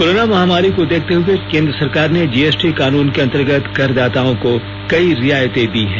corona महामारी को देखते हुए केन्द्र सरकार ने जीएसटी कानून के अंतर्गत करदाताओं को कई रियायते दी हैं